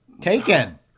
Taken